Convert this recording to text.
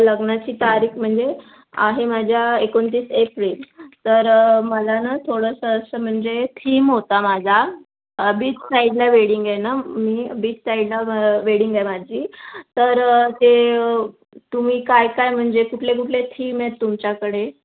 लग्नाची तारीख म्हणजे आहे माझ्या एकोणतीस एप्रिल तर मला ना थोडंसं असं म्हणजे थीम होता माझा बीचसाईडला वेडिंग आहे ना मी बीचसाईडला व वेडिंग आहे माझी तर ते तुम्ही काय काय म्हणजे कुठले कुठले थीम आहेत तुमच्याकडे